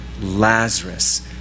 Lazarus